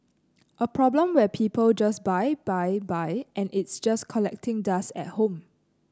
a problem where people just buy buy buy and it's just collecting dust at home